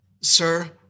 Sir